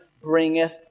bringeth